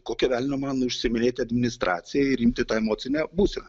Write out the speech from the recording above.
kokio velnio man užsiiminėti administracija ir imti tą emocinę būseną